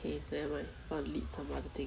K nevermind going to lead some other thing